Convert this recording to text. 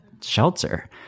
shelter